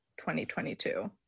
2022